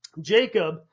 Jacob